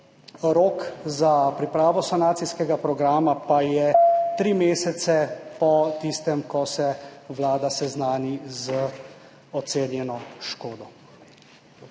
Rok za pripravo sanacijskega programa je tri mesece po tistem, ko se Vlada seznani z ocenjeno škodo.